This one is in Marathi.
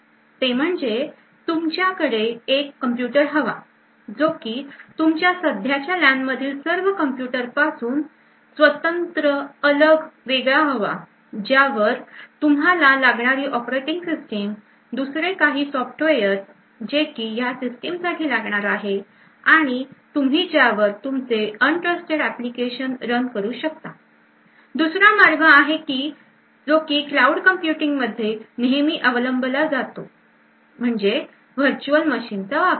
ते म्हणजे तुमच्याकडे एक कम्प्युटर हवा जो की तुमच्या सध्याच्या LAN मधील सर्व कम्प्युटर पासून स्वतंत्र वेगळा हवा ज्यावर तुम्हाला लागणारी Operating System दुसरे काही softwares जे की ह्या सिस्टीम साठी लागणार आहे आणि तुम्ही ज्यावर तुमचे अविश्वासू एप्लीकेशन रन करू शकतादुसरा मार्ग आहे की जो की cloud computing मध्ये नेहमी अवलंबला जातो म्हणजे Virtual Machine चा वापर